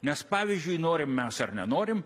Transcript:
nes pavyzdžiui norim mes ar nenorim